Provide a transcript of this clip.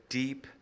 deep